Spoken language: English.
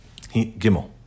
Gimel